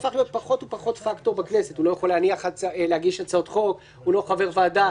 במקום "חבר הכנסת" יבוא "חבר הכנסת,